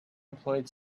employed